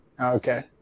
Okay